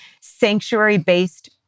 sanctuary-based